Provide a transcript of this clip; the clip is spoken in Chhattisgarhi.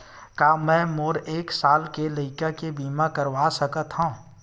का मै मोर एक साल के लइका के बीमा करवा सकत हव?